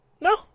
No